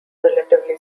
relatively